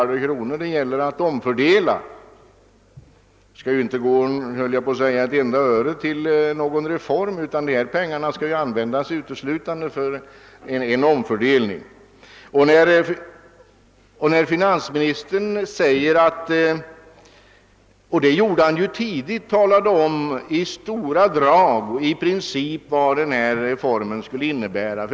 Det gäller ändå att omfördela 4 miljarder kronor. Snart sagt inte ett enda öre av dessa pengar skall anslås till reformåtgärder utan de skall uteslutande omfördelas. Finansministern talade redan för ett halvt år sedan i stora drag om vad denna omfördelning i princip skulle innebära.